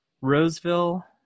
Roseville